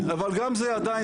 אבל גם זה עדיין,